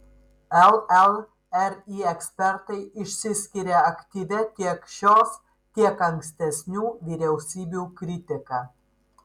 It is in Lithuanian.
llri ekspertai išsiskiria aktyvia tiek šios tiek ankstesnių vyriausybių kritika